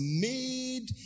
made